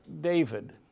David